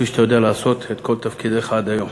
כפי שאתה יודע לעשות בכל תפקידיך עד היום.